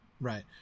right